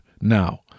now